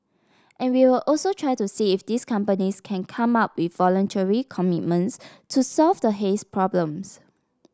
and we'll also try to see if these companies can come up with voluntary commitments to solve the haze problems